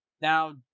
Now